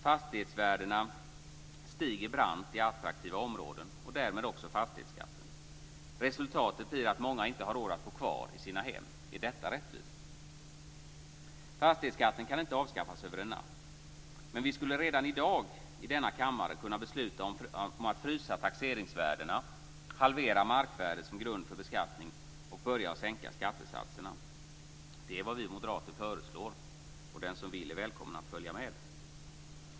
Fastighetsvärdena stiger brant i attraktiva områden och därmed också fastighetsskatten. Resultatet blir att många inte har råd att bo kvar i sina hem. Är detta rättvist? Fastighetsskatten kan inte avskaffas över en natt. Men vi skulle redan i dag i denna kammare kunna besluta att frysa taxeringsvärdena, halvera markvärdet som grund för beskattning och börja sänka skattesatserna. Det är vad vi moderater föreslår. Den som vill är välkommen att följa med.